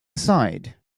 aside